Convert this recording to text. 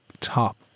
top